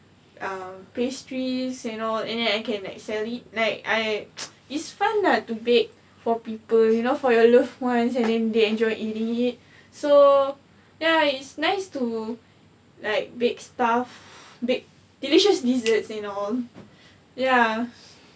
um pastries and all and then I can like sell it like I it's fun lah to bake for people you know for your loved ones and they enjoy eating it so ya it's nice to like bake stuff bake delicious desserts and all ya